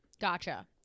Gotcha